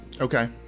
Okay